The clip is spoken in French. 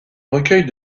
recueils